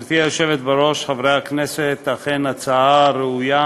גברתי היושבת בראש, חברי הכנסת, אכן הצעה ראויה.